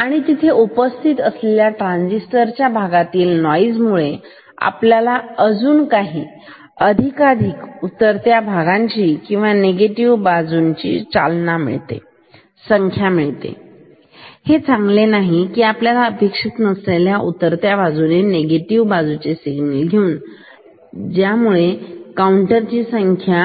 आणि तिथे उपस्थित असलेल्या ट्रांजिस्टर च्या भागातील नॉईस मुळे आपल्याला अजून अशा अधिकाधिक उतरत्या भागांची किंवा चुकीच्या बाजू ची संख्या मिळते हे चांगले नाही की आपल्याला अपेक्षित नसलेले उतरत्या बाजूचे निगेटिव बाजूंचे सिग्नल मिळेल ज्यामुळे काउंटर ची संख्या